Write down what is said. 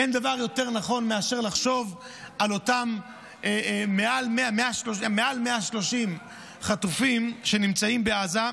אין דבר יותר נכון מאשר לחשוב על אותם מעל 130 חטופים שנמצאים בעזה,